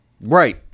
Right